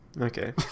Okay